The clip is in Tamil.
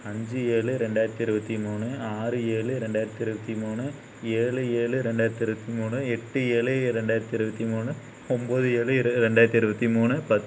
அஞ்சு ஏழு ரெண்டாயிரத்து இருபத்தி மூணு ஆறு ஏழு ரெண்டாயிரத்து இருபத்தி மூணு ஏழு ஏழு ரெண்டாயிரத்து இருபத்தி மூணு எட்டு ஏழு இ ரெண்டாயிரத்து இருபத்தி மூணு ஒம்பது ஏழு இரு ரெண்டாயிரத்து இருபத்தி மூணு பத்